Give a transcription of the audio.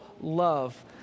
love